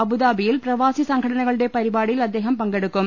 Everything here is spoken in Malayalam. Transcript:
അബുദാ ബിയിൽ പ്രവാസിസംഘടനകളുടെ പരിപാടിയിൽ അദ്ദേഹം പങ്കെടുക്കും